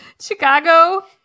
Chicago